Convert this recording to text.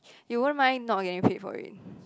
you won't mind not getting paid for it